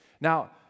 Now